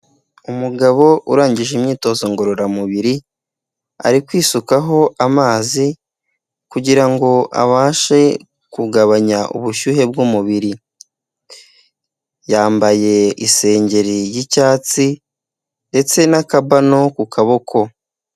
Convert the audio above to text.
Umugabo urangije imyitozo ngorora mubiri ari kwisukaho amazi kugirango abashe kugabanya ubushyuhe bw'umubiri, yambaye isengeri y'icyatsi ndetse n'akabano ku kaboko.